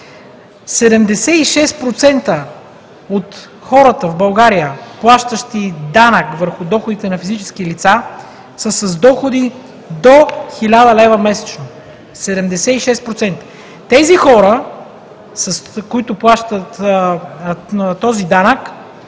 76% от хората в България, плащащи данък върху доходите на физически лица, са с доходи до 1000 лв. месечно – 76%! Тези хора, които плащат този данък,